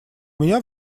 меня